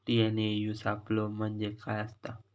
TNAU सापलो म्हणजे काय असतां?